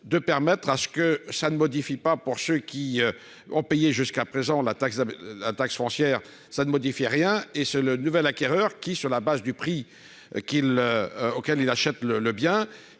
de permettre à ce que ça ne modifie pas pour ceux qui ont payé jusqu'à présent, la taxe avec un taxe foncière, ça ne modifie rien et ce, le nouvel acquéreur qui sur la base du prix qu'il auquel il achète le le